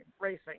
racing